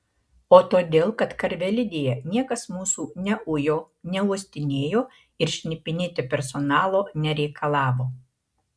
o todėl kad karvelidėje niekas mūsų neujo neuostinėjo ir šnipinėti personalo nereikalavo